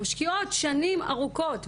משקיעות שנים ארוכות,